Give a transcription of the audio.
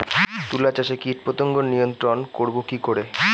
তুলা চাষে কীটপতঙ্গ নিয়ন্ত্রণর করব কি করে?